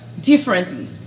differently